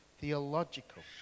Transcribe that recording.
Theological